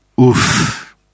Oof